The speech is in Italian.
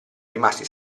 rimasti